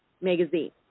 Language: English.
magazine